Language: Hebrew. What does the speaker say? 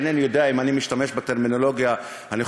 אינני יודע אם אני משתמש בטרמינולוגיה הנכונה,